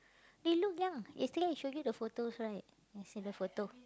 they look young yesterday I showed you the photos right yesterday the photo